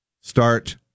start